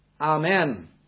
Amen